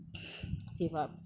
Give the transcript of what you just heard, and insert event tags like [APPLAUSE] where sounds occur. [NOISE]